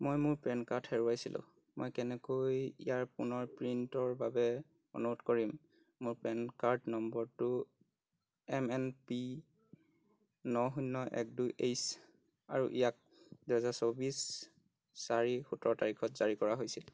মই মোৰ PAN card হেৰুৱাইছিলোঁ মই কেনেকৈ ইয়াৰ পুনৰ প্ৰিণ্টৰ বাবে অনুৰোধ কৰিম মোৰ পেন কাৰ্ড নম্বৰটো এম এন পি ন শূন্য এক দুই এইচ আৰু ইয়াক দুহেজাৰ চৌবিছ চাৰি সোতৰ তাৰিখত জাৰী কৰা হৈছিল